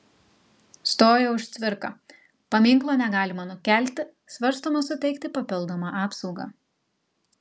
stojo už cvirką paminklo negalima nukelti svarstoma suteikti papildomą apsaugą